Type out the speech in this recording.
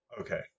okay